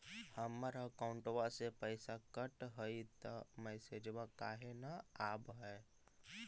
हमर अकौंटवा से पैसा कट हई त मैसेजवा काहे न आव है?